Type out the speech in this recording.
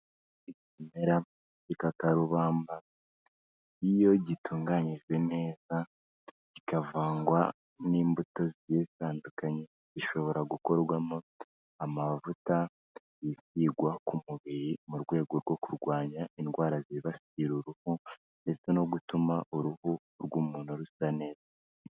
Ikimera k'igikakarubamba, iyo gitunganyijwe neza kikavangwa n'imbuto zigiye zitandukanye bishobora gukorwamo amavuta yisigwa ku mubiri mu rwego rwo kurwanya indwara zibasira uruhu ndetse no gutuma uruhu rw'umuntu rusa neza.